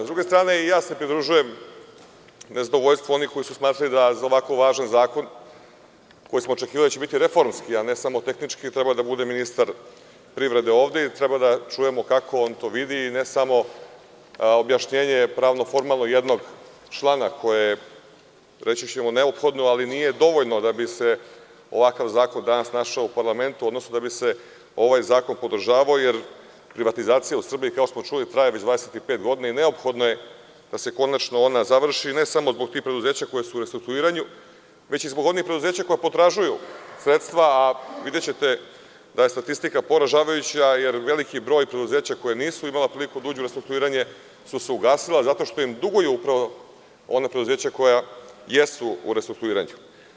Sa druge strane, pridružujem se nezadovoljstvu onih koji su smatrali da za ovako važan zakon, za koji smo očekivali da će biti reformski, a ne samo tehnički, da bude ministar privrede ovde jer treba da čujemo kako on to vidi, a ne samo objašnjenje pravno-formalno jednog člana koje je neophodno, ali nije dovoljno da bi se ovakav zakon danas našao u parlamentu, odnosno da bi se ovaj zakon podržavao, jer privatizacija u Srbiji, kao što smo čuli, traje već 25 godina i neophodno je da se konačno ona završi, ne samo zbog tih preduzeća koja su u restrukturiranju već i zbog onih preduzeća koja potražuju sredstva, a videćete da je statistika poražavajuća jer veliki broj preduzeća koja nisu imala toliko dugo restrukturiranje su se ugasila zato što im duguju upravo ona preduzeća koja jesu u restrukturiranju.